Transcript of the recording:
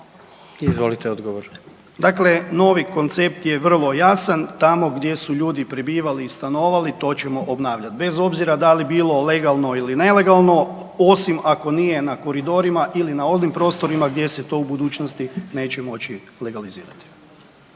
Darko (HDZ)** Dakle, novi koncept je vrlo jasan, tamo gdje su ljudi prebivali i stanovali to ćemo obnavljati bez obzira da li bilo legalno ili nelegalno osim ako nije na koridorima ili na onim prostorima gdje se to u budućnosti neće moći legalizirati.